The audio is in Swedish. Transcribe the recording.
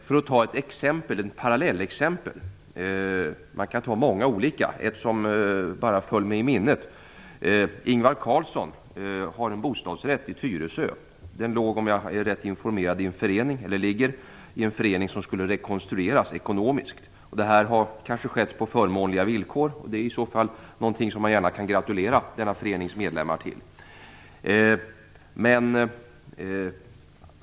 Man kan ta många olika parallellexempel. Jag tar ett som rann mig i minnet: Ingvar Carlsson har en bostadsrätt i Tyresö. Den ligger om jag är rätt informerad i en förening som skulle rekonstrueras ekonomiskt. Detta har kanske skett på förmånliga villkor. Det är i så fall någonting som man gärna kan gratulera denna förenings medlemmar till.